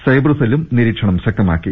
cyber സെല്ലും നിരീക്ഷണം ശക്തമാക്കി